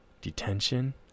Detention